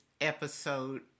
episode